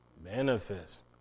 Benefits